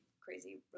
crazy